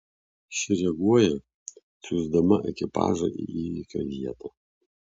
ši reaguoja siųsdama ekipažą į įvykio vietą